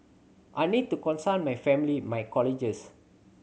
I need to consult my family my colleagues